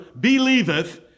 believeth